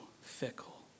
fickle